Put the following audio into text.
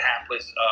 hapless